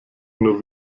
nur